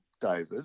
David